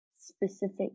specific